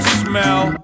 smell